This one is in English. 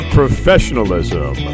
professionalism